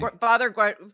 Father